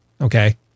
Okay